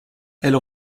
elle